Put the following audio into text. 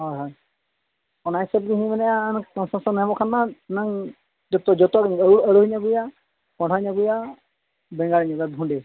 ᱦᱳᱭ ᱦᱳᱭ ᱚᱱᱟ ᱦᱤᱥᱟᱹᱵ ᱤᱧ ᱦᱚᱧ ᱢᱮᱱᱮᱜᱼᱟ ᱠᱚᱢ ᱥᱚᱢ ᱮᱢ ᱮᱢᱚᱜ ᱠᱷᱟᱱ ᱢᱟ ᱦᱩᱱᱟᱹᱝ ᱡᱚᱛᱚ ᱡᱚᱛᱚᱜᱮᱧ ᱟᱹᱞᱩ ᱟᱹᱞᱩᱧ ᱟᱹᱜᱩᱭᱟ ᱠᱚᱸᱰᱷᱟᱧ ᱟᱹᱜᱩᱭᱟ ᱵᱮᱸᱜᱟᱲᱤᱧ ᱟᱹᱜᱩᱭᱟ ᱵᱷᱚᱱᱰᱤ